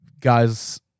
guys